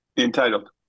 Entitled